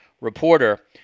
reporter